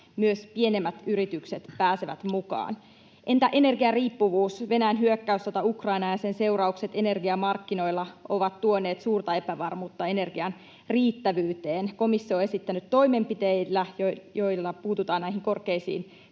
myös pienemmät yritykset pääsevät mukaan. Entä energiariippuvuus? Venäjän hyökkäyssota Ukrainaan ja sen seuraukset energiamarkkinoilla ovat tuoneet suurta epävarmuutta energian riittävyyteen. Komissio on esittänyt toimenpiteitä, joilla puututaan näihin korkeisiin